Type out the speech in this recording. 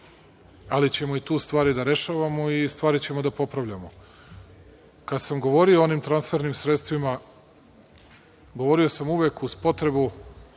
ali ćemo i tu stvari da rešavamo i stvari ćemo da popravljamo. Kada sam govorio o onim transfernim sredstvima, govorio sam uvek uz potrebu